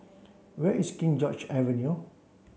where is King George Avenue